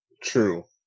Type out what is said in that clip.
True